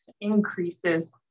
increases